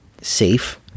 safe